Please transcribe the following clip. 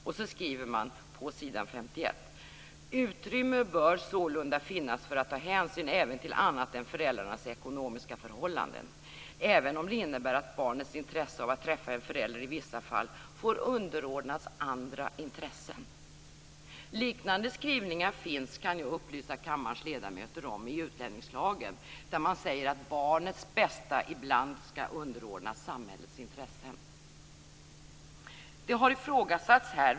Man skriver på s. 51: "Utrymme bör sålunda finnas för att ta hänsyn även till annat än föräldrarnas ekonomiska förhållanden, även om det innebär att barnets intresse av att träffa en förälder i vissa fall får underordnas andra intressen." Liknande skrivningar finns, kan jag upplysa kammarens ledamöter om, i utlänningslagen där man säger att barnets bästa ibland får underordnas samhällets intressen.